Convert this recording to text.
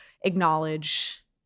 acknowledge